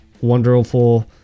wonderful